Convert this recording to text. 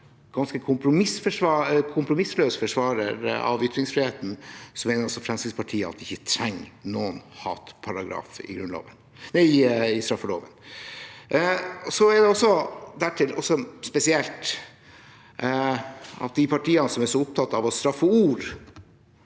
ganske kompromissløs forsvarer av ytringsfriheten mener Fremskrittspartiet at vi ikke trenger noen hatparagraf i straffeloven. Det er dertil også spesielt at de partiene som er så opptatt av å straffe ord